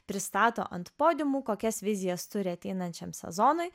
pristato ant podiumų kokias vizijas turi ateinančiam sezonui